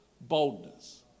boldness